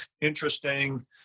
interesting